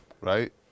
right